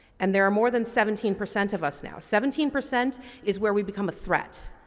and there are more than seventeen percent of us now. seventeen percent is where we become a threat.